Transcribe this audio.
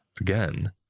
Again